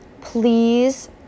please